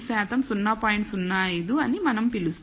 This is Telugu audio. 05 అని అని మనం పిలుస్తాము